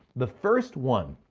the first one,